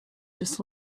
just